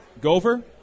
Gover